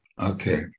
Okay